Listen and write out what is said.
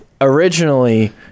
originally